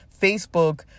Facebook